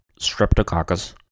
Streptococcus